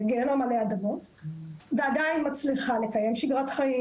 זה גיהינום עלי אדמות ועדיין מצליחה לקיים שגרה,